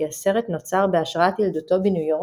כי הסרט נוצר בהשראת ילדותו בניו יורק,